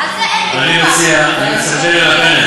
לא מעבירים לפועלים.